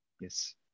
Yes